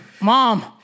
Mom